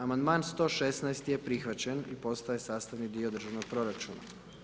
Amandman 116 je prihvaćen i postaje sastavni dio državnog proračuna.